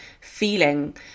feeling